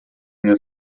meu